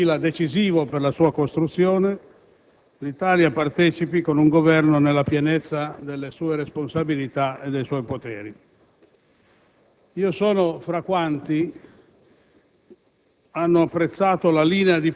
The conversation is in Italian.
in un semestre che si profila decisivo per la sua costruzione, l'Italia partecipi con un Governo nella pienezza delle sue responsabilità e dei suoi poteri. Sono fra quanti